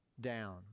down